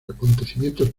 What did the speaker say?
acontecimientos